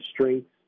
strengths